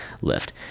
lift